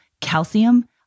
calcium